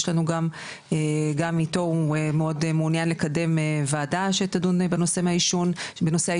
יש לנו גם אתו הוא מאוד מעוניין לקדם וועדה שתדון בנושא העישון.